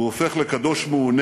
הוא הופך לקדוש מעונה